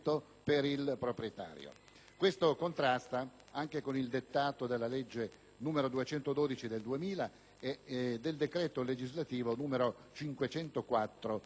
un contrasto anche con il dettato della legge n. 212 del 2000 e del decreto legislativo n. 504 del 1992.